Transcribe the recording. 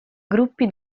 gruppi